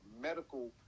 medical